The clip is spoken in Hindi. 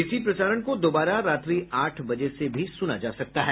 इसी प्रसारण को दोबारा रात्रि आठ बजे से भी सुना जा सकता है